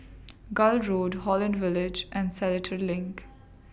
Gul Road Holland Village and Seletar LINK